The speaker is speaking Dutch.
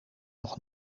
nog